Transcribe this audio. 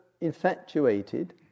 infatuated